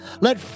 Let